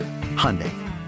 hyundai